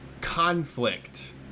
conflict